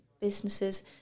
businesses